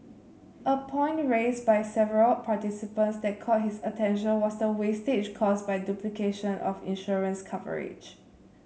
a point raised by several participants that caught his attention was the wastage caused by duplication of insurance coverage